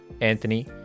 Anthony